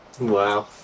Wow